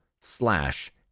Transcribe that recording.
slash